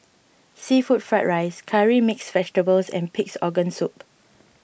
Seafood Fried Rice Curry Mixed Vegetable and Pig's Organ Soup